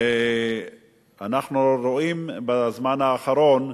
אנחנו רואים בזמן האחרון,